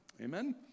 Amen